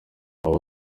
waba